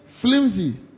flimsy